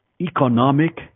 economic